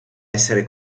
essere